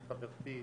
חברתי,